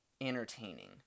entertaining